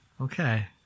Okay